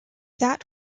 that